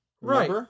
Right